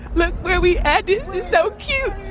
look where we at. this is so cute.